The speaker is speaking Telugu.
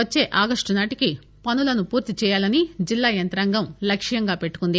వచ్చే ఆగస్టు నాటికి పనులను పూర్తిచేయాలని జిల్లాయంత్రాంగం లక్కంగా పెట్టుకుంది